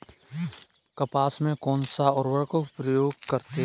कपास में कौनसा उर्वरक प्रयोग करते हैं?